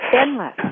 Endless